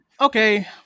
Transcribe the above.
Okay